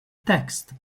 texts